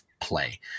play